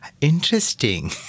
interesting